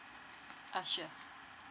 uh sure